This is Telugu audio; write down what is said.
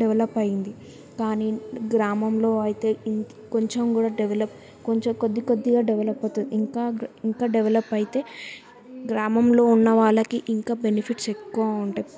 డెవలప్ అయింది కానీ గ్రామంలో అయితే ఇంత కొంచెం కూడా డెవలప్ కొంచెం కొద్దికొద్దిగా డెవలప్ అవుతుంది ఇంకా ఇంకా డెవలప్ అయితే గ్రామంలో ఉన్న వాళ్ళకి ఇంకా బెనిఫిట్స్ ఎక్కువ ఉంటాయి